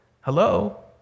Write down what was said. Hello